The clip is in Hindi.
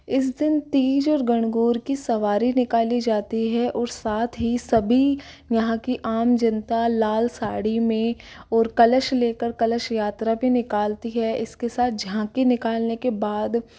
इस दिन तीज और गणगौर की सवारी निकाली जाती है और साथ ही सभी यहाँ की आम जनता लाल साड़ी में और कलश लेकर कलश यात्रा भी निकालती है इसके साथ झांकी निकालने के बाद